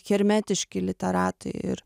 hermetiški literatai ir